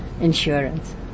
Insurance